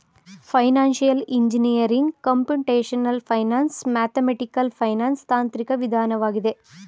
financial engineering computational finance, mathematical finance ತಾಂತ್ರಿಕ ವಿಧಾನವಾಗಿದೆ